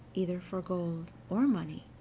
either for gold or money,